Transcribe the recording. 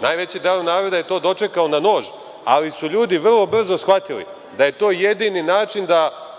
najveći deo naroda je to dočekao na nož, ali su ljudi vrlo brzo shvatili da je to jedini način da